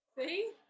See